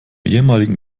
ehemaligen